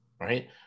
Right